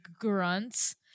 grunts